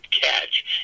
catch